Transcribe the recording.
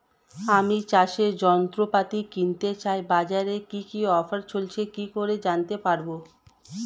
আমি চাষের যন্ত্রপাতি কিনতে চাই বাজারে কি কি অফার চলছে কি করে জানতে পারবো?